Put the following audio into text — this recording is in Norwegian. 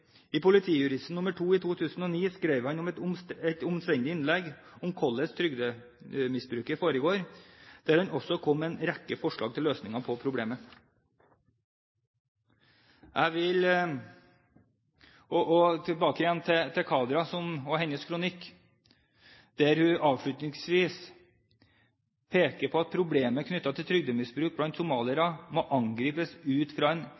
I Politijuristen nr. 2 i 2009 skrev han et omstendelig innlegg om hvordan trygdemisbruket foregår, der han også kom med en rekke forslag til løsninger på problemet. Tilbake til Kadra og hennes kronikk, der hun avslutningsvis peker på at problemet knyttet til trygdemisbruk blant somaliere må angripes ut fra en